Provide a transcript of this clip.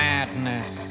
Madness